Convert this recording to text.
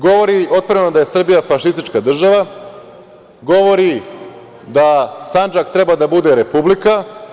Govori otvoreno da je Srbija fašistička država, govori da Sandžak treba da bude republika.